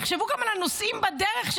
תחשבו גם על הנוסעים בדרך,